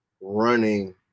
running